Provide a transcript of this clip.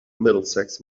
middlesex